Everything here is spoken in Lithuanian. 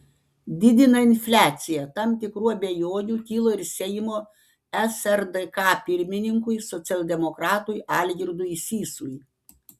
didina infliaciją tam tikrų abejonių kilo ir seimo srdk pirmininkui socialdemokratui algirdui sysui